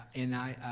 and i,